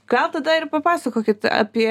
gal tada ir papasakokit apie